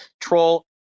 Troll